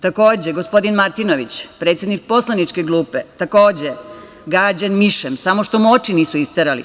Takođe, gospodin Martinović, predsednik poslaničke grupe, takođe, gađan mišem, samo što mu oči nisu isterali.